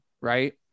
right